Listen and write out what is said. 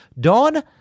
Dawn